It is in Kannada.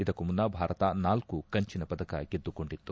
ಇದಕ್ಕೂ ಮುನ್ನ ಭಾರತ ನಾಲ್ಕು ಕಂಚಿನ ಪದಕ ಗೆದ್ದುಕೊಂಡಿತ್ತು